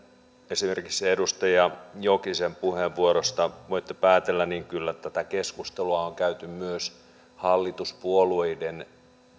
esimerkiksi edustaja jokisen puheenvuorosta voitte päätellä kyllä tätä keskustelua on käyty myös hallituspuolueiden